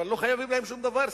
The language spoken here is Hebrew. אבל לא חייבים להם שום דבר.